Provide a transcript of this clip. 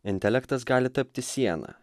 intelektas gali tapti siena